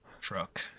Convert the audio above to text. truck